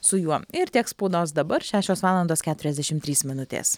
su juo ir tiek spaudos dabar šešios valandos keturiasdešimt trys minutės